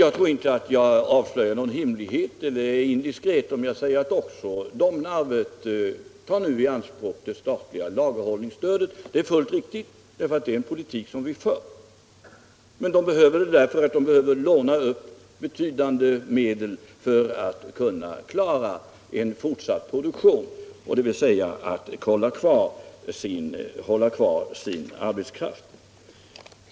Jag tror inte att jag avslöjar någon hemlighet eller är indiskret om jag säger att också Domnarvets Jernverk nu tar i anspråk det statliga lagerhållningsstödet. Det är fullt riktigt att göra så, eftersom det är en politik som vi för. Det stödet behövs därför att Domnarvet behöver låna upp betydande medel för att kunna fortsätta produktionen, dvs. kunna hålla kvar sin arbetskraft.